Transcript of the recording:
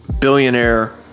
billionaire